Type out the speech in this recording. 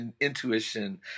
intuition